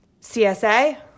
CSA